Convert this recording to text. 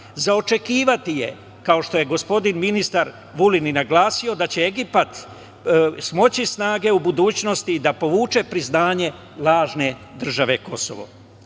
očekivati je, kao što je gospodin ministar Vulin i naglasio da će Egipat smoći snage u budućnosti da povuče priznanje lažne države